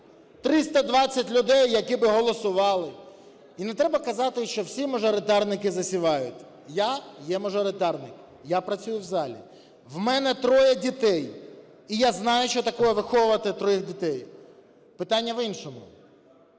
320 людей, які б голосували. І не треба казати, що всі мажоритарники засівають. Я є мажоритарник, я працюю в залі. В мене троє дітей, і я знаю, що таке виховувати трьох дітей. Питання в іншому.